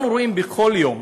אנו רואים בכל יום